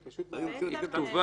אני רוצה --- את עצמי.